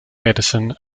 medicine